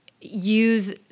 use